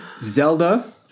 Zelda